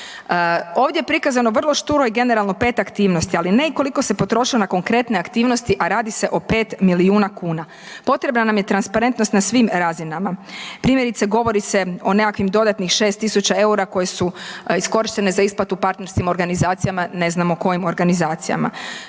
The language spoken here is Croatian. ovdje je prikazano vrlo šturo i generalno pet aktivnosti, ali ne i koliko se potrošilo na konkretne aktivnosti a radi se o 5 milijuna kuna, potrebna nam je transparentnost na svim razinama, primjerice govori se o nekakvim dodatnih 6.000,00 EUR-a koji su iskorištene za isplatu partnerskim organizacijama, ne znamo kojim organizacijama.